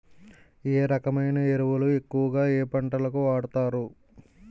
ఏ రకమైన ఎరువులు ఎక్కువుగా ఏ పంటలకు వాడతారు?